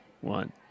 one